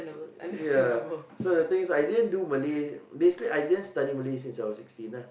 ya so the thing is I didn't do Malay basically I didn't study Malay since I was sixteen lah